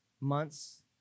months